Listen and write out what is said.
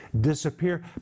disappear